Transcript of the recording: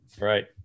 Right